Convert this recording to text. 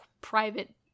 private